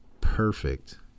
perfect